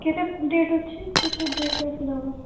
କେତେ ଡେଟ୍ ଅଛି କେତେ ଡେଟ୍ ରଖିଲେ ହେବ